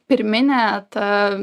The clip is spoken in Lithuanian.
pirminė ta